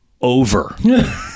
over